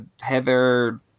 Heather